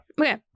Okay